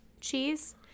cheese